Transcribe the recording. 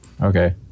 Okay